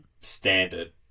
standard